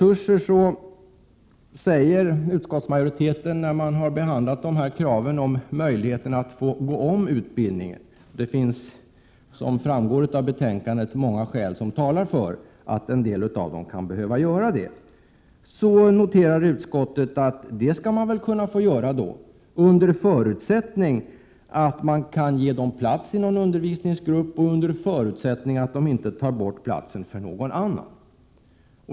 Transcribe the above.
Utskottet har behandlat kravet på en möjlighet att gå om utbildningen — som framgår av betänkandet, finns det många skäl som talar för att en del kan behöva göra det — och majoriteten noterar att det skall man väl kunna få göra, under förutsättning att det finns plats i någon undervisningsgrupp och under förutsättning att de inte tar bort platsen för någon annan.